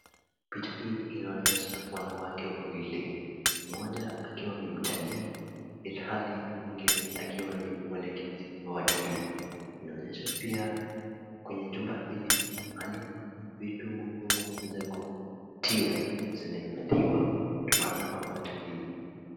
Picha hii inaonesha wanawake wiwili mmoja akiwa ni mtalii hilhali mwingine aliwa ni mwelekezi wa watalii . Inaonesha pia kwenye jumba hili ni mahali vitu muhimu za kuvutia zinahifadhiwa ndo maana kuna watalii.